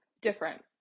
different